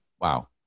wow